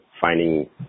finding